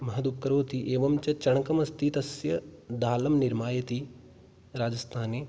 महदुपकरोति एवञ्च चणकमस्ति तस्य दालं निर्माति राजस्थाने